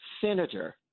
senator